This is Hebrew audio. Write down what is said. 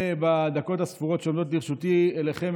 בדקות הספורות שעומדות לרשותי אני פונה אליכם,